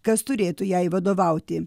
kas turėtų jai vadovauti